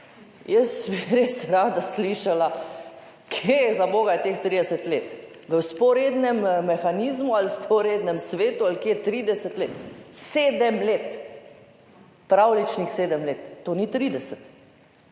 Jaz bi res rada slišala, kje zaboga je teh 30 let? V vzporednem mehanizmu ali vzporednem svetu, ali kje? 30 let? 7 let, pravljičnih 7 let, to ni 30.